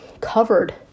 covered